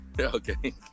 okay